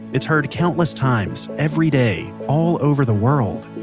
it's heard countless times, every day, all over the world.